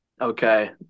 Okay